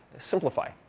simplify.